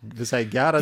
visai gerą